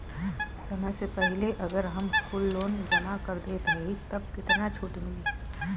समय से पहिले अगर हम कुल लोन जमा कर देत हई तब कितना छूट मिली?